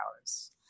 hours